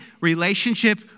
relationship